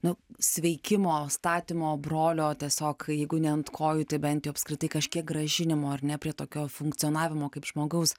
nu sveikimo statymo brolio tiesiog jeigu ne ant kojų tai bent jau apskritai kažkiek grąžinimo ar ne prie tokio funkcionavimo kaip žmogaus